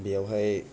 बेवहाय